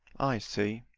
i see.